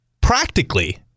practically